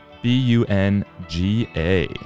B-U-N-G-A